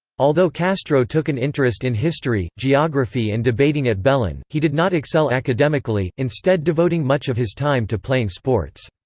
although castro took an interest in history, geography and debating at belen, he did not excel academically, instead devoting much of his time to playing sports.